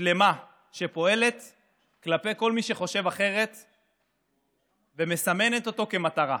שלמה שפועלת כלפי כל מי שחושב אחרת ומסמנת אותו כמטרה.